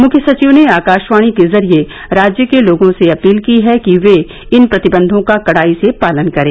मुख्य सचिव ने आकाशवाणी के जरिये राज्य के लोगों से अपील की है कि वे इन प्रतिबंधों का कडाई से पालन करें